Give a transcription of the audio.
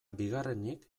bigarrenik